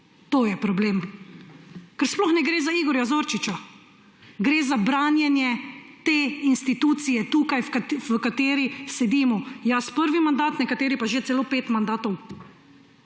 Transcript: To je problem. Sploh ne gre za Igorja Zorčiča. Gre za branjenje te institucije, v kateri sedimo. Jaz prvi mandat, nekateri pa že celo pet mandatov.